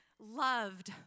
loved